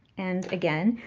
and again,